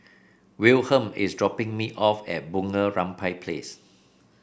Wilhelm is dropping me off at Bunga Rampai Place